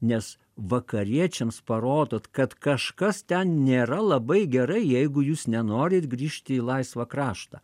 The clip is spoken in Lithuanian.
nes vakariečiams parodot kad kažkas ten nėra labai gerai jeigu jūs nenorit grįžti į laisvą kraštą